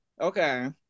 Okay